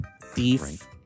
Thief